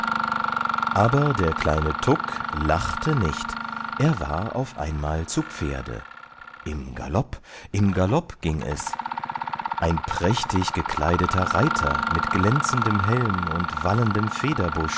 aber der kleine tuk lachte nicht er war auf einmal zu pferde im galopp im galopp ging es ein prächtig gekleideter ritter mit glänzendem helm und wallendem